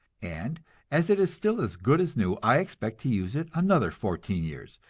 and as it is still as good as new i expect to use it another fourteen years,